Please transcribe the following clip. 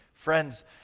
Friends